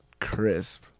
crisp